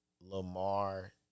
Lamar